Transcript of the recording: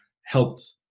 helped